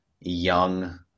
young